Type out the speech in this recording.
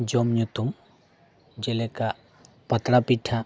ᱡᱚᱢ ᱧᱩᱛᱩᱢ ᱡᱮᱞᱮᱠᱟ ᱯᱟᱛᱲᱟ ᱯᱤᱴᱷᱟᱹ